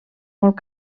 molt